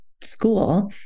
school